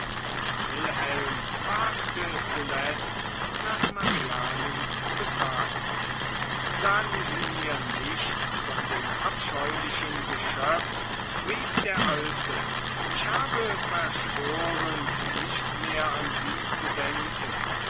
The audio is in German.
und wilhelm wagte zuletzt nach marianen zu fragen sagen sie mir nichts von dem abscheulichen geschöpf rief der alte ich habe verschworen nicht mehr an sie zu denken